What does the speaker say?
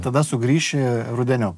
tada sugrįši rudeniop